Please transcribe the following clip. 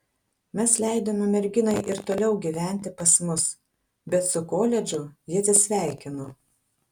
mes leidome merginai ir toliau gyventi pas mus bet su koledžu ji atsisveikino